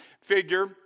figure